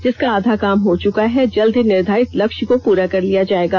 जिसका आधा काम हो चुका है जल्द ही निर्धारित लक्ष्य को पूरा कर लिया जाएगा